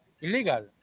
Illegal